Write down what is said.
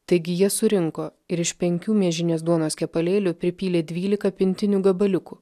taigi jie surinko ir iš penkių miežinės duonos kepalėlių pripylė dvylika pintinių gabaliukų